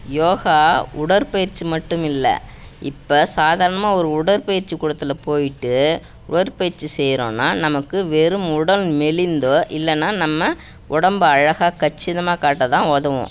யோகா உடற்பயிற்சி மட்டும் இல்லை இப்போ சாதாரணமாக ஒரு உடற்பயிற்சி கூடத்தில் போய்விட்டு உடற்பயிற்சி செய்கிறோன்னா நமக்கு வெறும் உடல் மெலிந்தோ இல்லைன்னா நம்ம உடம்பை அழகாக கச்சிதமாக காட்ட தான் உதவும்